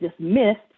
dismissed